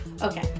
Okay